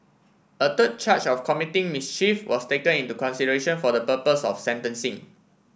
a third charge of committing mischief was taken into consideration for the purpose of sentencing